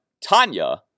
Tanya